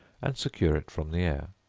and secure it from the air.